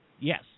Yes